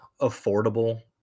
affordable